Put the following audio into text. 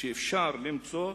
שאפשר למצוא: